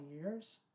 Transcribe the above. years